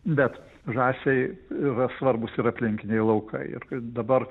bet žąsiai yra svarbūs ir aplinkiniai laukai ir kad dabar